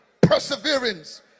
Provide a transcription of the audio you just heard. perseverance